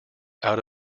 out